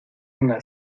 una